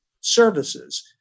services